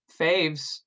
faves